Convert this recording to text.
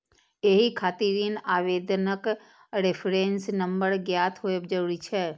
एहि खातिर ऋण आवेदनक रेफरेंस नंबर ज्ञात होयब जरूरी छै